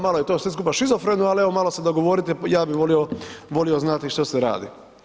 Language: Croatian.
Malo je sve to skupa šizofreno, ali evo, malo se dogovorite, ja bi volio znati što se radi.